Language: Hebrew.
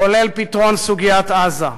כולל פתרון סוגיית עזה.